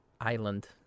Island